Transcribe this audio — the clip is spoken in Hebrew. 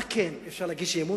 על מה כן אפשר להגיש אי-אמון?